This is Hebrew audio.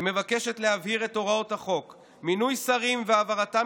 היא מבקשת להבהיר את הוראות החוק: מינוי שרים והעברתם